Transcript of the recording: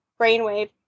brainwave